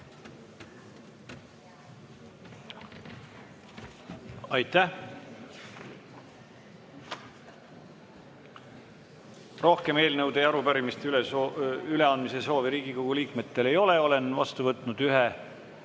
Aitäh! Rohkem eelnõude ja arupärimiste üleandmise soovi Riigikogu liikmetel ei ole. Olen vastu võtnud ühe